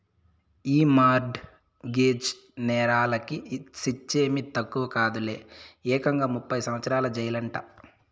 ఈ mortgage నేరాలకి శిచ్చేమీ తక్కువ కాదులే, ఏకంగా ముప్పై సంవత్సరాల జెయిలంట